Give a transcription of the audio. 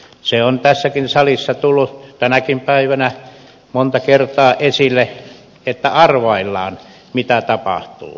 se on tässäkin salissa tullut tänäkin päivänä monta kertaa esille että arvaillaan mitä tapahtuu